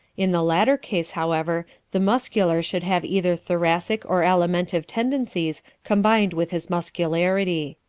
in the latter case, however, the muscular should have either thoracic or alimentive tendencies combined with his muscularity.